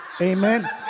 Amen